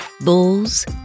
Bulls